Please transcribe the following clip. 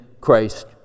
Christ